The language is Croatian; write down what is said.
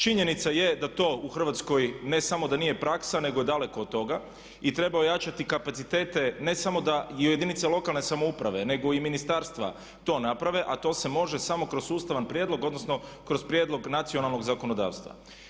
Činjenica je da to u Hrvatskoj ne samo da nije praksa nego je daleko od toga i treba ojačati kapacitete, ne samo da jedinice lokalne samouprave nego i ministarstva to naprave a to se može samo kroz sustavan prijedlog odnosno kroz prijedlog nacionalnog zakonodavstva.